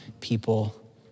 people